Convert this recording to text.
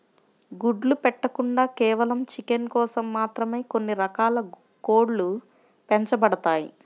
గుడ్లు పెట్టకుండా కేవలం చికెన్ కోసం మాత్రమే కొన్ని రకాల కోడ్లు పెంచబడతాయి